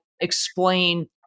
explain